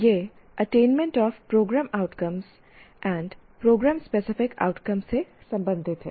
यह attainment of programme outcomes and programme specific outcomes से संबंधित है